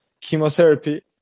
chemotherapy